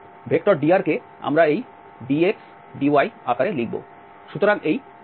সুতরাং dr কে আমরা এই dx dy আকারে লিখব